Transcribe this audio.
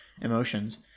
emotions